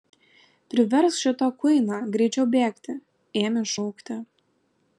priversk šitą kuiną greičiau bėgti ėmė šaukti